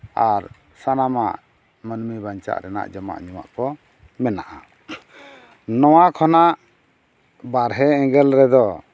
ᱟᱨ ᱥᱟᱟᱱᱟᱢᱟᱜ ᱢᱟᱱᱢᱤ ᱵᱟᱧᱪᱟᱜ ᱨᱮᱱᱟᱜ ᱡᱚᱢᱟᱜ ᱧᱩᱣᱟᱜ ᱠᱚ ᱢᱮᱱᱟᱜᱼᱟ ᱱᱚᱣᱟ ᱠᱷᱚᱱᱟᱜ ᱵᱟᱨᱦᱮ ᱮᱸᱜᱮᱞ ᱨᱮᱫᱚ